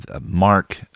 Mark